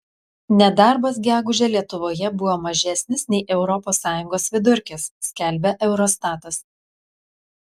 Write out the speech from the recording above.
nedarbas gegužę lietuvoje buvo mažesnis nei europos sąjungos vidurkis skelbia eurostatas